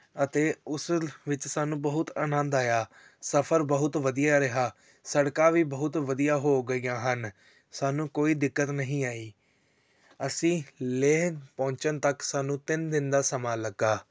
ਅਤੇ ਉਸ ਵਿੱਚ ਸਾਨੂੰ ਬਹੁਤ ਆਨੰਦ ਆਇਆ ਸਫਰ ਬਹੁਤ ਵਧੀਆ ਰਿਹਾ ਸੜਕਾਂ ਵੀ ਬਹੁਤ ਵਧੀਆ ਹੋ ਗਈਆਂ ਹਨ ਸਾਨੂੰ ਕੋਈ ਦਿੱਕਤ ਨਹੀਂ ਆਈ ਅਸੀਂ ਲੇਹ ਪਹੁੰਚਣ ਤੱਕ ਸਾਨੂੰ ਤਿੰਨ ਦਿਨ ਦਾ ਸਮਾਂ ਲੱਗਾ